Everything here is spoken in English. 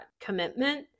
commitment